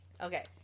Okay